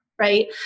right